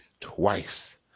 twice